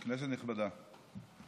כנסת נכבדה,